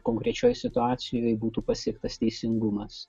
konkrečioj situacijoj būtų pasiektas teisingumas